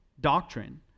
doctrine